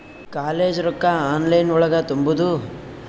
College ರೊಕ್ಕ online ಒಳಗ ತುಂಬುದು?